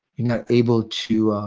you know able to